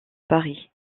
paris